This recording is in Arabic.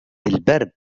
بالبرد